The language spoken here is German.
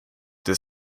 des